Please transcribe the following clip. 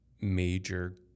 major